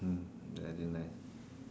mm very nice